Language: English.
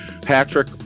Patrick